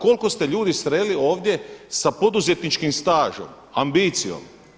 Koliko ste ljudi sreli ovdje sa poduzetničkim stažom, ambicijom?